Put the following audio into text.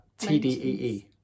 tdee